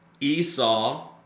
Esau